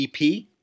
ep